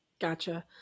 Gotcha